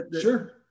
Sure